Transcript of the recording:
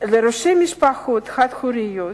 ולראשי משפחות חד-הוריות,